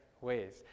ways